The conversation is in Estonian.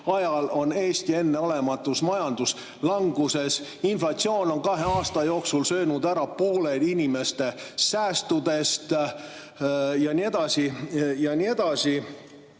ajal on Eesti enneolematus majanduslanguses, inflatsioon on kahe aasta jooksul söönud ära poole inimeste säästudest ja nii edasi